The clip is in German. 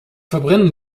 verbrennen